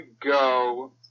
go